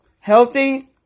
healthy